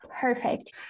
perfect